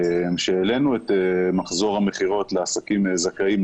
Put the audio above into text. שהעלינו את מחזור המכירות לעסקים זכאים,